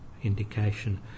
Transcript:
Indication